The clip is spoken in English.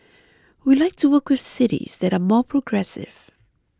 we like to work with cities that are more progressive